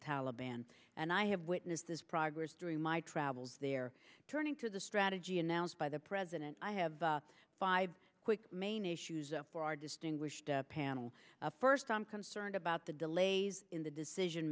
taliban and i have witnessed this progress during my travels there turning to the strategy announced by the president i have five quick main issues for our distinguished panel first i'm concerned about the delays in the decision